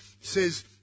says